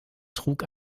trug